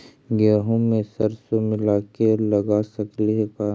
गेहूं मे सरसों मिला के लगा सकली हे का?